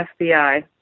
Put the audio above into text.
FBI